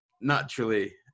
naturally